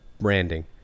Branding